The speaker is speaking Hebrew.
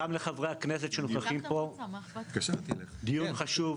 דיון חשוב.